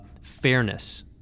fairness